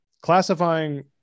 classifying